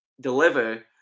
deliver